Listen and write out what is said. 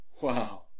Wow